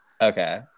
Okay